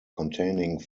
containing